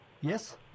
Yes